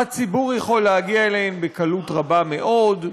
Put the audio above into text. והציבור יכול להגיע אליהן בקלות רבה מאוד.